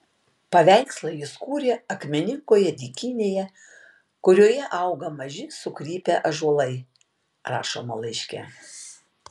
paveikslą jis kūrė akmeningoje dykynėje kurioje auga maži sukrypę ąžuolai rašoma laiške